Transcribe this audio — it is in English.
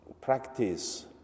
practice